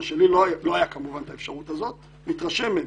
שלי כמובן לא הייתה כמובן האפשרות הזאת מתרשם מהם,